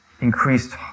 increased